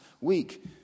week